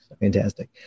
Fantastic